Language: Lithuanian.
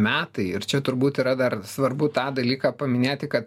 metai ir čia turbūt yra dar svarbu tą dalyką paminėti kad